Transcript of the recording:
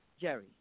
Jerry